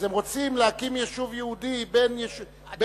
אז הם רוצים להקים יישוב יהודי כדי